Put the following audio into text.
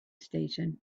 station